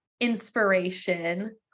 inspiration